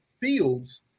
fields